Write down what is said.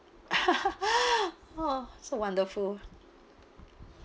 oh so wonderful